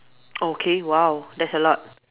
okay !wow! that's a lot